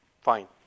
Fine